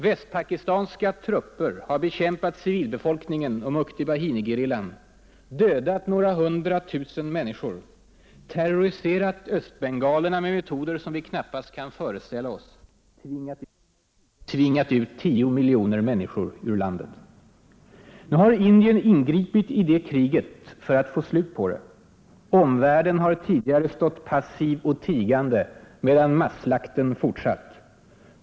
Västpakistanska trupper har bekämpat civilbefolkningen och Mukti Bahini-gerillan, dödat några hundratusen människor, terroriserat östbengalerna med metoder som vi knappast kan föreställa oss, tvingat ut 10 miljoner människor ur landet. Nu har Indien ingripit i det kriget för att få slut på det. Omvärlden har tidigare stått passiv och tigande medan masslakten fortsatt.